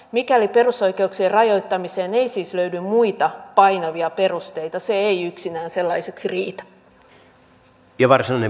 mikäli perusoikeuksien rajoittamiseen ei siis löydy muita painavia perusteita se ei yksinään sellaiseksi riitä